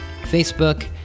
Facebook